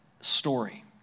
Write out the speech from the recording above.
story